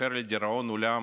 תיזכר לדיראון עולם